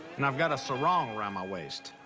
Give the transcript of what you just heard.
and i've got a sarong around my waist.